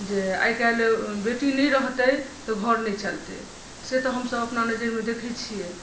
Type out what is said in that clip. जे आइ काल्हि बेटी नहि रहतै तऽ घर नहि चलतै से तऽ हमसभ अपना नजरमे देखै छियै